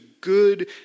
good